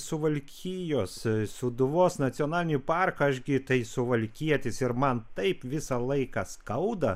suvalkijos sūduvos nacionalinį parką aš gi tai suvalkietis ir man taip visą laiką skauda